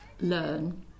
Learn